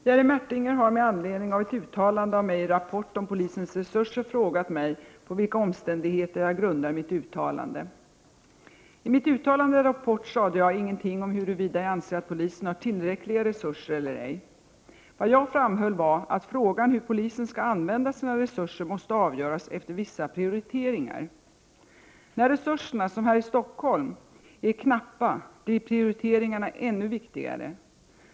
Fru talman! Jerry Martinger har, med anledning av ett uttalande av mig i Rapport om polisens resurser, frågat mig på vilka omständigheter jag grundar mitt uttalande. I mitt uttalande i Rapport sade jag ingenting om huruvida jag anser att polisen har tillräckliga resurser eller ej. Vad jag framhöll var att frågan hur polisen skall använda sina resurser måste avgöras efter vissa prioriteringar. När resurserna — som här i Stockholm — är knappa blir prioriteringarna ännu viktigare.